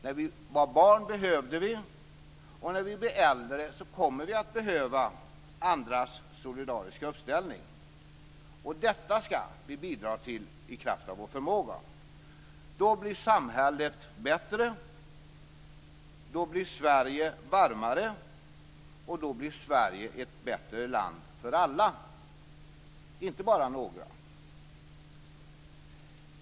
När vi var barn behövde vi, och när vi blir äldre kommer vi att behöva, andras solidariska uppställning. Detta skall vi bidra till i kraft av vår förmåga. Då blir samhället bättre, då blir Sverige varmare och då blir Sverige ett bättre land för alla, inte bara för några.